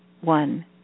One